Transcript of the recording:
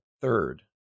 third